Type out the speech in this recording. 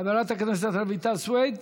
חברת הכנסת רויטל סויד,